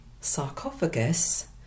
sarcophagus